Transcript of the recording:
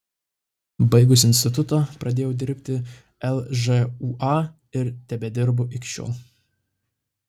baigusi institutą pradėjau dirbti lžūa ir tebedirbu iki šiol